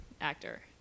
actor